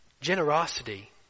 Generosity